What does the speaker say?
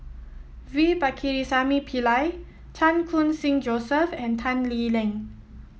V Pakirisamy Pillai Chan Khun Sing Joseph and Tan Lee Leng